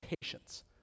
patience